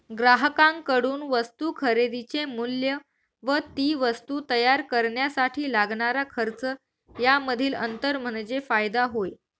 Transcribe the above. ग्राहकांकडून वस्तू खरेदीचे मूल्य व ती वस्तू तयार करण्यासाठी लागणारा खर्च यामधील अंतर म्हणजे फायदा होय